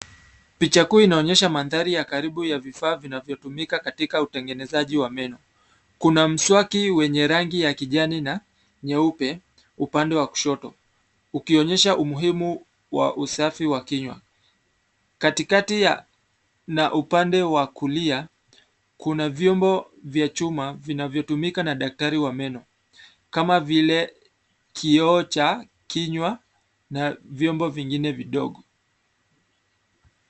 Picha kuu inaonyesha mandhari ya karibu ya vifaa vinavyotumika katika utengenezaji wa meno. Kuna mswaki wenye rangi ya kijani na nyeupe upande wa kushoto, ukionyesha umuhimu wa usafi wa kinywa, katikati ya na upande wa kulia, kuna vyombo vya chuma vinavyotumika na daktari wa meno kama vile kioo cha kinywa na vyombo vingine vidogo.